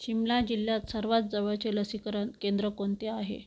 शिमला जिल्ह्यात सर्वात जवळचे लसीकरण केंद्र कोणते आहे